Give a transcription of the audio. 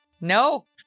No